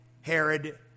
Herod